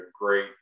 great